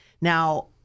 Now